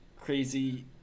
crazy